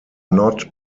not